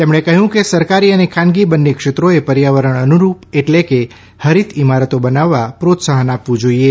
તેમણે કહ્યું કે સરકારી અને ખાનગી બંને ક્ષેત્રોએ પર્યાવરણ અનુરૂપ એટલે કે હરિત ઇમારતો બનાવવા પ્રોત્સાહન આપવું જોઇએ